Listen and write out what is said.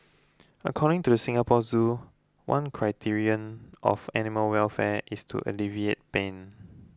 according to the Singapore Zoo one criterion of animal welfare is to alleviate pain